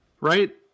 right